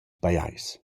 pajais